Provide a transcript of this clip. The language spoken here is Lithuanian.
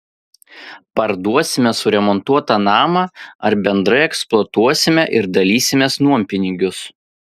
parduosime suremontuotą namą ar bendrai eksploatuosime ir dalysimės nuompinigius